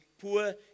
Poor